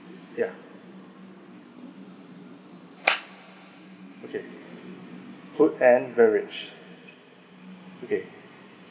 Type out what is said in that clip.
yeah okay food and beverage okay